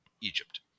Egypt